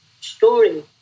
story